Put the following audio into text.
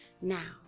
Now